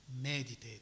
Meditate